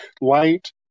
light